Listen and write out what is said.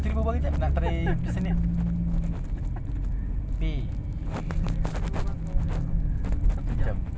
but actually they wanted more on your native language your mother tongue if can more than fifty percent right